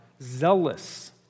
zealous